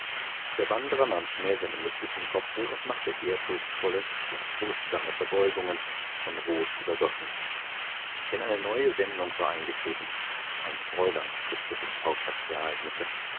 der wanderer nahm schnell seine mütze vom kopfe und machte ehrfurchtsvolle ja furchtsame verbeugungen von rot übergossen denn eine neue wendung war eingetreten ein fräulein beschritt den schauplatz der ereignisse